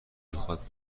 میخواد